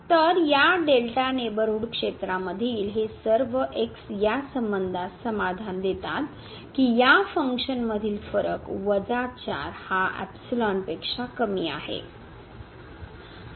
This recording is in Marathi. तर या नेबरहूड क्षेत्रामधील हे सर्व या संबंधास समाधान देतात की या फंक्शन मधील फरक वजा 4 हा पेक्षा कमी आहे